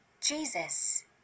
Jesus